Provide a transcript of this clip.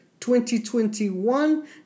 2021